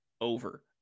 over